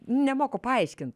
nemoku paaiškint